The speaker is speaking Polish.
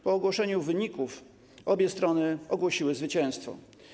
Po ogłoszeniu wyników obie strony ogłosiły zwycięstwo.